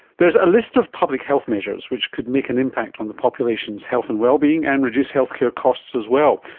there is a list of public health measures which could make an impact on the population's health and well-being and reduce healthcare costs as well.